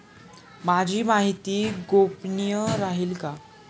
माझी माहिती गोपनीय राहील का?